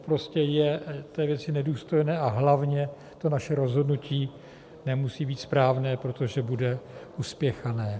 To prostě je té věci nedůstojné, a hlavně to naše rozhodnutí nemusí být správné, protože bude uspěchané.